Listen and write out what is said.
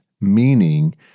Meaning